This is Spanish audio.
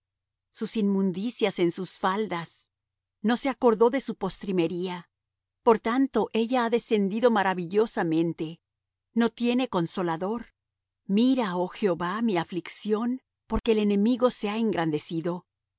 sus inmundicias en sus faldas no se acordó de su postrimería por tanto ella ha descendido maravillosamente no tiene consolador mira oh jehová mi aflicción porque el enemigo se ha engrandecido